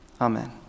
Amen